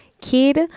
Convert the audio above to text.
kid